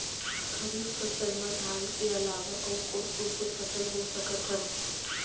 खरीफ फसल मा धान के अलावा अऊ कोन कोन से फसल बो सकत हन?